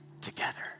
together